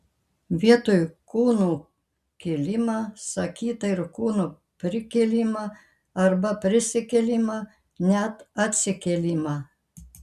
vietoj kūnų kėlimą sakyta ir kūno prikėlimą arba prisikėlimą net atsikėlimą